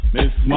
Miss